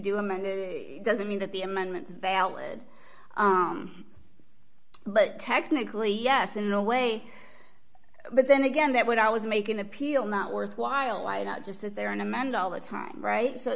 do amend doesn't mean that the amendments valid but technically yes in a way but then again that would i was making appeal not worthwhile why not just sit there and amanda all the time right so